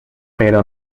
pero